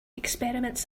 experiments